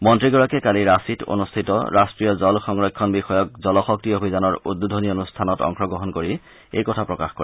মন্নীগৰাকীয়ে কালি ৰাঁচিত অনুষ্ঠিত ৰাষ্ট্ৰীয় জল সংৰক্ষণ বিষয়ক জলশক্তি অভিযানৰ উদ্বোধনী অনুষ্ঠানত অংশগ্ৰহণ কৰি এই কথা প্ৰকাশ কৰে